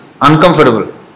uncomfortable